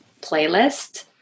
playlist